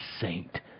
saint